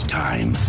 time